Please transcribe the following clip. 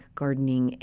gardening